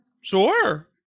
Sure